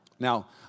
Now